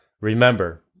Remember